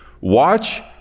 Watch